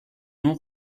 non